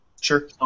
Sure